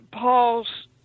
Paul's